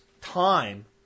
time